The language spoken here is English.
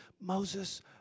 Moses